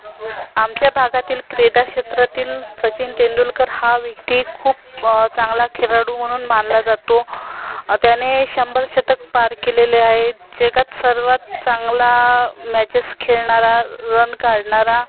आमच्या भागातील क्रीडाक्षेत्रातील सचिन तेंडुलकर हा व्यक्ती खूप चांगला खिलाडू म्हणून मानला जातो त्याने शंभर शतक पार केलेले आहे जगात सर्वात चांगला मॅचेस खेळणारा रन काढणारा